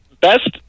best